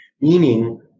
Meaning